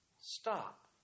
Stop